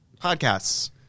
podcasts